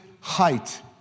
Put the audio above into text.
height